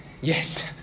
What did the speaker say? yes